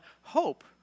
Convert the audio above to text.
hope